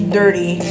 dirty